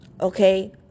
okay